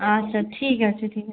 আচ্ছা ঠিক আছে ঠিক আছে